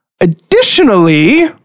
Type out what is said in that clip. Additionally